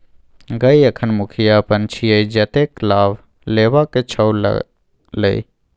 गय अखन मुखिया अपन छियै जतेक लाभ लेबाक छौ ल लए